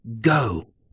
Go